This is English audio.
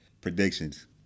predictions